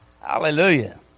Hallelujah